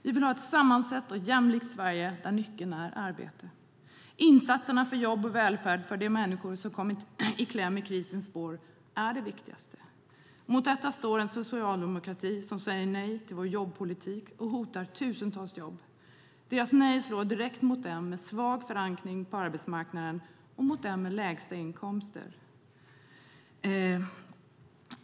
Vi vill ha ett sammansatt och jämlikt Sverige där nyckeln är arbete. Insatserna för jobb och välfärd för de människor som kommit i kläm i krisens spår är viktigast. Mot detta står en socialdemokrati som säger nej till vår jobbpolitik och hotar tusentals jobb. Deras nej slår direkt mot dem med svag förankring på arbetsmarknaden och mot dem med de lägsta inkomsterna.